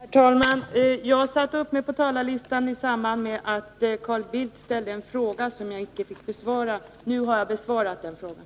Herr talman! Jag satte upp mig på talarlistan i samband med att Carl Bildt ställde en fråga, som jag då inte fick tillfälle att besvara. Nu har jag besvarat den frågan.